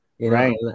Right